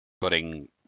Putting